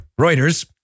Reuters